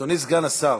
אדוני סגן השר,